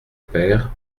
peyre